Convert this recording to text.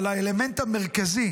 אבל האלמנט המרכזי